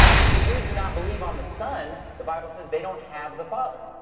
if the jews do not believe on the son, the bible says they don't have the father.